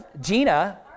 Gina